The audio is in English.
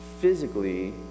physically